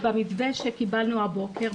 במתווה שקיבלנו הבוקר,